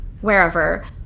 Wherever